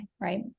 right